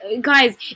guys